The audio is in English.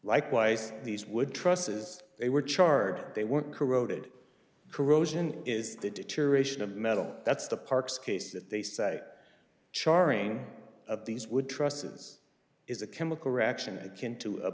likewise these would trusses they were charred they weren't corroded corrosion is the deterioration of metal that's the park's case that they say charring of these would trust us is a chemical reaction akin to a